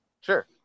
Sure